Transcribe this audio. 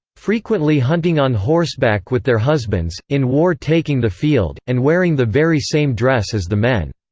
frequently hunting on horseback with their husbands in war taking the field and wearing the very same dress as the men.